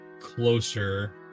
closer